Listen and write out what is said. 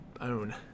own